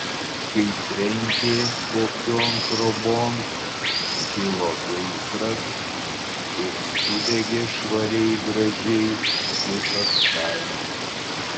kai trenkė kokion trobon kilo gaisras ir sudegė švariai gražiai visas kaimas